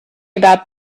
about